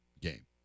game